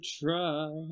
try